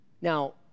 Now